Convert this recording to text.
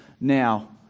now